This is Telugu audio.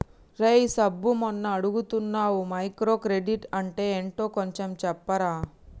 రేయ్ సబ్బు మొన్న అడుగుతున్నానా మైక్రో క్రెడిట్ అంటే ఏంటో కొంచెం చెప్పరా